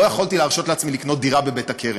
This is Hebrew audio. לא יכולתי להרשות לעצמי לקנות דירה בבית-הכרם,